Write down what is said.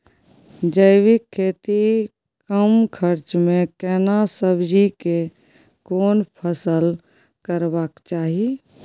जैविक खेती कम खर्च में केना सब्जी के कोन फसल करबाक चाही?